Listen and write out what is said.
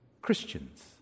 Christians